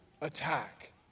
attack